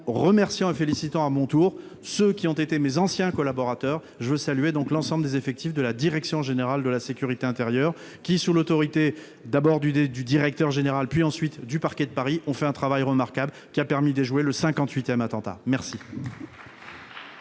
remercions et félicitons à mon tour, ceux qui ont été mes anciens collaborateurs, je veux saluer, donc l'ensemble des effectifs de la direction générale de la sécurité intérieure qui, sous l'autorité d'abord du du directeur général, puis ensuite du parquet de Paris on fait un travail remarquable qui a permis de jouer le 58ème attentat merci.